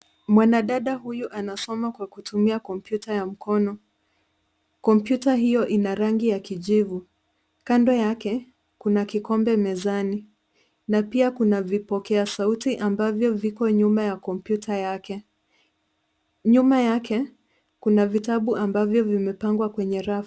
Mwanadada huyu anasoma kwa kutumia kompyuta ya mkono. Kompyuta hiyo ina rangi ya kijivu. Kando yake, kuna kikombe mezani na pia kuna vipokea sauti ambavyo viko nyuma ya kompyuta yake. Nyuma yake, kuna vitabu ambavyo vimepangwa kwenye rafu.